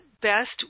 best